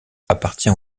appartient